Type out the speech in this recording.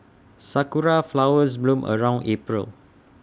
Sakura Flowers bloom around April